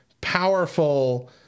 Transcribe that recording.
powerful